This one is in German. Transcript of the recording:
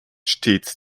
stets